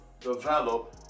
Develop